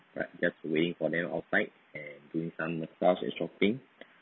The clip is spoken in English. right just waiting for them outside and doing some massage and shopping